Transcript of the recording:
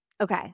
Okay